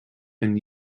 and